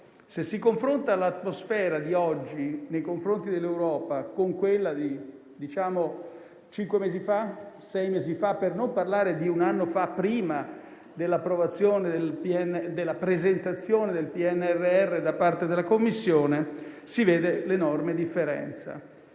Se si confronta l'atmosfera di oggi nei confronti dell'Europa con quella di circa sei mesi fa, per non parlare di un anno fa, prima della presentazione del PNRR da parte della Commissione, si vede l'enorme differenza.